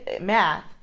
math